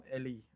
Ellie